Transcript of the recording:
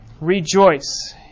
rejoice